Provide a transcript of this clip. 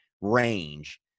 range